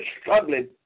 struggling